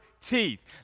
teeth